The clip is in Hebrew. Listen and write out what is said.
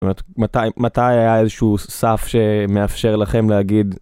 מתי היה איזשהו סף שמאפשר לכם להגיד.